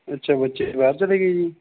ਅੱਛਾ ਬੱਚੇ ਬਾਹਰ ਚਲੇ ਗਏ ਜੀ